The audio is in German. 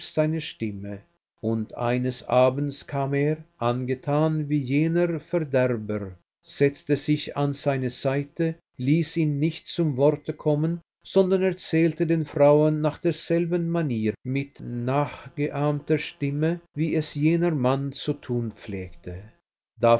seine stimme und eines abends kam er angetan wie jener verderber setzte sich an seine seite ließ ihn nicht zum worte kommen sondern erzählte den frauen nach derselben manier mit nachgeahmter stimme wie es jener mann zu tun pflegte